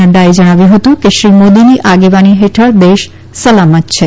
નડૃચે જણાવ્યું હતું કે શ્રી મોદીની આગેવાની હેઠળ દેશ સલામત છે